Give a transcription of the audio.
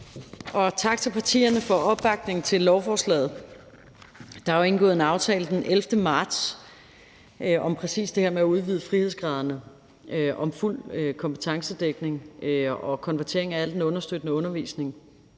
Tak til partierne for opbakningen til lovforslaget. Der blev indgået en aftale den 11. marts om præcis det her med at udvide frihedsgraderne, fuld kompetencedækning og konvertering af al den understøttende undervisning